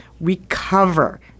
recover